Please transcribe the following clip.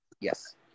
Yes